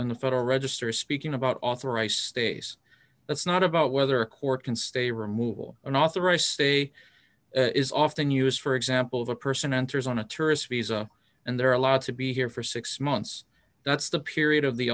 in the federal register speaking about authorize stace it's not about whether a court can stay removal and authorize stay is often used for example the person enters on a tourist visa and they're allowed to be here for six months that's the period of the